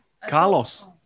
Carlos